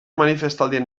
manifestaldien